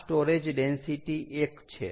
આ storage density 1 છે